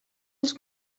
els